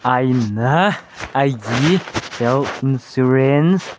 ꯑꯩꯅ ꯑꯩꯒꯤ health insurance